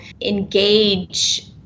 engage